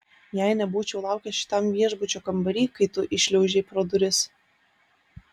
jei nebūčiau laukęs šitam viešbučio kambary kai tu įšliaužei pro duris